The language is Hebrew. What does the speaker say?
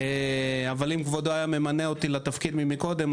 אבל אם כבודו היה ממנה אותי לתפקיד קודם,